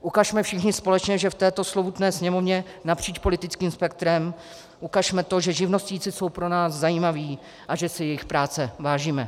Ukažme všichni společně, že v této slovutné Sněmovně napříč politickým spektrem, ukažme to, že živnostníci jsou pro nás zajímaví a že si jejich práce vážíme.